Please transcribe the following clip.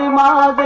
la but